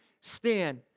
stand